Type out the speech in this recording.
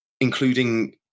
including